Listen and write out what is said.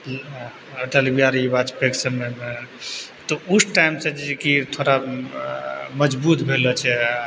अटल बिहारी बाजपेयीके समयमे तऽ उस टाइमसँ जेकि थोड़ा मजबूत भेलो छै